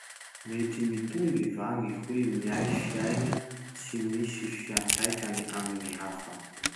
Mety mitomby va gny hoe miay fiaigna tsy misy fiatraikany amy gny hafa?